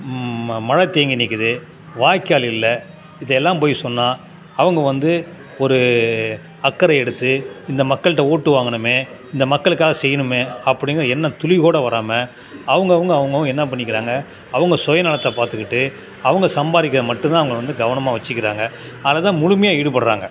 ம மழை தேங்கி நிற்கிது வாய்க்கால் இல்லை இதெல்லாம் போய் சொன்னால் அவங்க வந்து ஒரு அக்கறை எடுத்து இந்த மக்கள்கிட்ட ஓட்டு வாங்கினேமே இந்த மக்களுக்காக செய்யணுமே அப்படிங்கிற எண்ணம் துளிக்கூட வராமல் அவுங்கவுங்க அவுங்கவங்க என்ன பண்ணிக்கிறாங்க அவங்க சுயநலத்தை பார்த்துக்கிட்டு அவங்க சம்பாதிக்க மட்டும்தான் அவங்க வந்து கவனமாக வச்சுக்குறாங்க அதில் தான் முழுமையா ஈடுபடுறாங்க